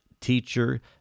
teacher